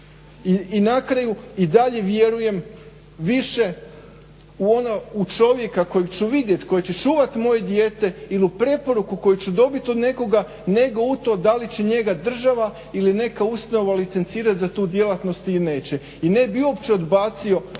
I na kraju, i dalje vjerujem više u ono, u čovjeka kojeg ću vidjet, koji će čuvati moje dijete ili u preporuku koju ću dobiti od nekoga, nego u to da li će njega država ili neka ustanova licencirat za tu djelatnost ili neće. I ne bi uopće odbacio